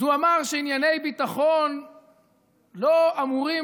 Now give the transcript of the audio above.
אז הוא אמר שענייני ביטחון לא אמורים